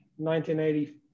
1980